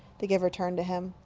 the giver turned to him.